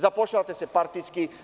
Zapošljavate se partijski.